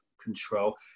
control